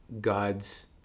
God's